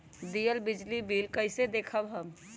दियल बिजली बिल कइसे देखम हम?